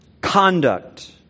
conduct